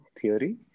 theory